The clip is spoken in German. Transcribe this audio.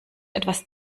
etwas